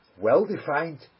Well-defined